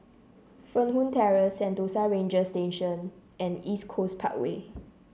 Fernwood Terrace Sentosa Ranger Station and East Coast Parkway